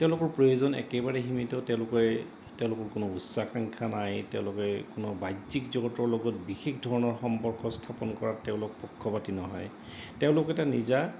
তেওঁলোকৰ প্ৰয়োজন একেবাৰে সীমিত তেওঁলোকে তেওঁলোকৰ কোনো উচ্চাকাংক্ষা নাই তেওঁলোকে কোনো বাহ্যিক জগতৰ লগত বিশেষ ধৰণৰ সম্পৰ্ক স্থাপন কৰাত তেওঁলোক পক্ষপাতি নহয় তেওঁলোক এটা নিজা